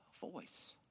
voice